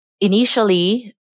initially